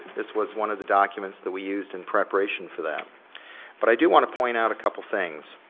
this was one of the documents that we used in preparation for that but i do want to point out a couple things.